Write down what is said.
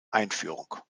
einführung